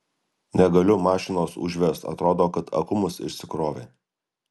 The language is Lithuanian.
negaliu mašinos užvest atrodo kad akumas išsikrovė